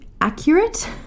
accurate